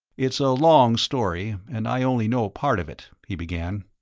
it's a long story and i only know part of it, he began.